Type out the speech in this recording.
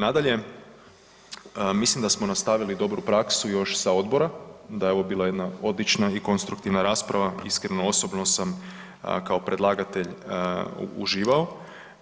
Nadalje, mislim da smo nastavili dobru praksu još sa odbora, da je ovo bila jedna odlučna i konstruktivna rasprava iskreno osobno sam kao predlagatelj uživao